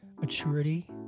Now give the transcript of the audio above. maturity